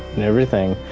and everything